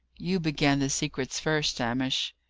you began the secrets first, hamish.